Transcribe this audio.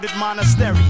monastery